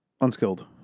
Unskilled